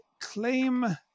claim